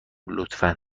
لطفا